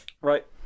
Right